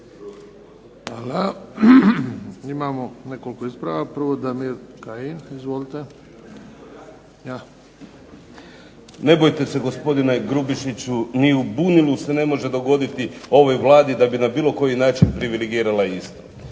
Hvala. Imamo nekoliko ispravaka, gospodin Kajin. **Kajin, Damir (IDS)** Ne bojte se gospodine Grubišiću ni u bunilu se ne može dogoditi ovoj Vladi da bi na bilo koji način privilegirala Istru.